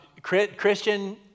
Christian